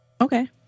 Okay